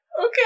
Okay